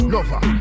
Lover